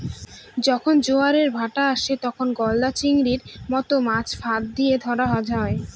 যখন জোয়ারের ভাঁটা আসে, তখন গলদা চিংড়ির মত মাছ ফাঁদ দিয়ে ধরা হয়